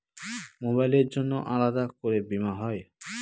মোবাইলের জন্য আলাদা করে বীমা হয়?